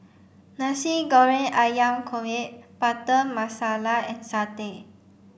Nasi Goreng Ayam Kunyit Butter Masala and satay